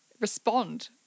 respond